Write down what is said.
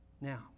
Now